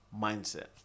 mindset